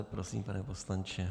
Prosím, pane poslanče.